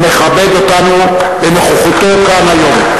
המכבד אותנו בנוכחותו כאן היום.